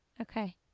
okay